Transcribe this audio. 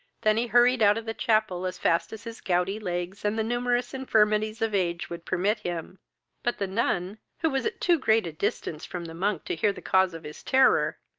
than he hurried out of the chapel as fast as his gouty legs and the numerous infirmities of age would permit him but the nun, who was at too great a distance from the monk to hear the cause of his terror,